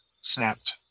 snapped